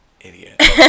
idiot